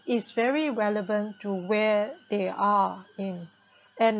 is very relevant to where they are in and